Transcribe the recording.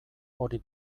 hori